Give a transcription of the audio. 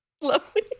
lovely